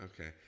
okay